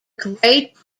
great